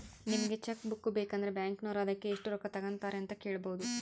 ನಿಮಗೆ cheque book ಬೇಕಂದ್ರ ಬ್ಯಾಕಿನೋರು ಅದಕ್ಕೆ ಎಷ್ಟು ರೊಕ್ಕ ತಂಗತಾರೆ ಅಂತ ಕೇಳಬೊದು